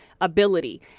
ability